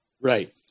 Right